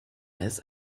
als